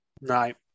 Right